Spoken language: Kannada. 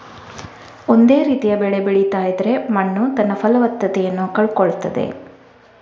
ಒಂದೇ ರೀತಿಯ ಬೆಳೆ ಬೆಳೀತಾ ಇದ್ರೆ ಮಣ್ಣು ತನ್ನ ಫಲವತ್ತತೆಯನ್ನ ಕಳ್ಕೊಳ್ತದೆ